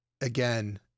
again